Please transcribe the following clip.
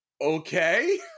okay